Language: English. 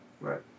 Right